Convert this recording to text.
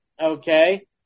okay